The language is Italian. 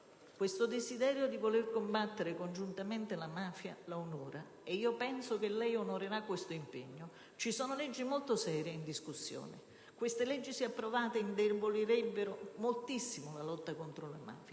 Questo desiderio di voler combattere congiuntamente la mafia la onora ed io penso che lei onorerà questo impegno. Ci sono leggi molto serie in discussione. Queste leggi, se approvate, indebolirebbero moltissimo la lotta contro la mafia